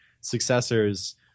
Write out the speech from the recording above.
successors